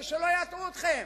שלא יטעו אתכם,